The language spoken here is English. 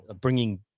bringing